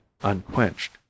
unquenched